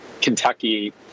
kentucky